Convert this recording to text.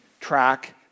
track